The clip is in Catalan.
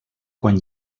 quan